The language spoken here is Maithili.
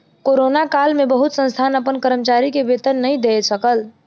कोरोना काल में बहुत संस्थान अपन कर्मचारी के वेतन नै दय सकल